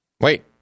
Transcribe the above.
Wait